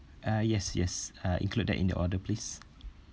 uh yes yes uh include that in your order please